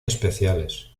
especiales